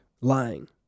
Lying